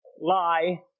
lie